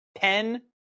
pen